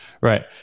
Right